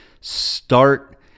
start